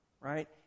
right